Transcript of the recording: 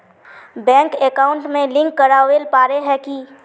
Bank account में link करावेल पारे है की?